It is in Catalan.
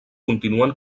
continuen